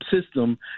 system